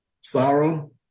sorrow